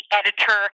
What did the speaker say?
editor